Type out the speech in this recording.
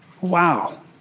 Wow